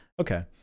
Okay